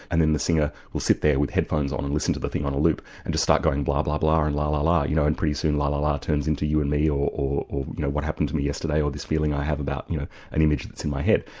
and then the singer will sit there with headphones on and listen to the thing on a loop, and just start going blah-blah-blah and la-la-la, you know and pretty soon, la-la-la turns into you and me or or what happened to me yesterday or this feeling i have about you know an image that's in my head.